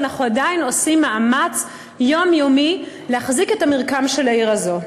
ואנחנו עדיין עושים מאמץ יומיומי להחזיק את המרקם של העיר הזאת.